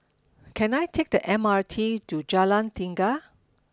can I take the M R T to Jalan Tiga